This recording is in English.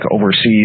overseas